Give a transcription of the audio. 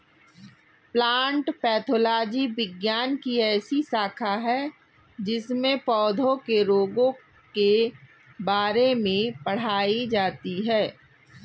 plant pathology विज्ञान की ऐसी शाखा है जिसमें पौधों के रोगों के बारे में पढ़ाई की जाती है